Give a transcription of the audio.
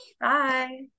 bye